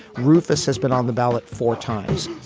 rufus has been on the ballot four times